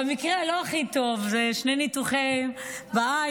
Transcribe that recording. במקרה הלא-הכי-טוב זה שני ניתוחים בעין.